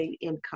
income